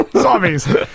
Zombies